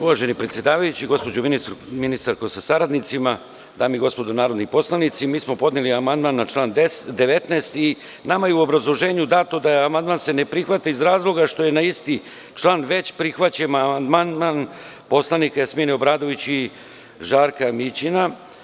Uvaženi predsedavajući, gospođo ministarka sa saradnicima, dame i gospodo narodni poslanici, podneli smo amandman na član 19. i nama je u obrazloženju dato da se amandman ne prihvata iz razloga što je na isti član već prihvaćen amandman poslanika Jasmine Obradović i Žarka Mićina.